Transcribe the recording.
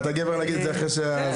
אתה גאה להגיד את זה אחרי שהלכו.